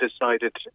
decided